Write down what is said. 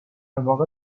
واقع